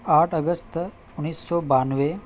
آٹھ اگست انیس سو بانوے